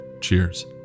Cheers